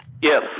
Yes